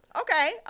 okay